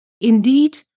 indeed